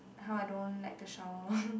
how I don't like to shower